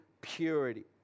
purity